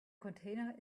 container